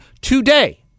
today